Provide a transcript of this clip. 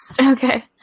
Okay